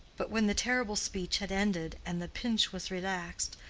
but when the terrible speech had ended and the pinch was relaxed,